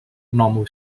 normal